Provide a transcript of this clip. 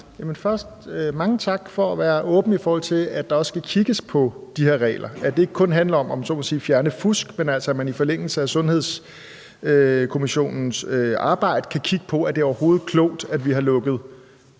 mange tak for at være åben, i forhold til at der også skal kigges på de her regler, altså at det ikke kun handler om at fjerne fusk, om man så må sige, men at man i forlængelse af Sundhedsstrukturkommissionens arbejde også kan kigge på, om det overhovedet er klogt, at vi har lukket